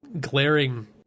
glaring